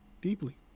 deeply